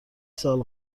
سال